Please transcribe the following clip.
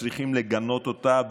שצריכים לגנות אותה,